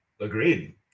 Agreed